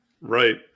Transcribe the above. Right